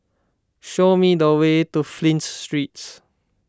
show me the way to Flint Street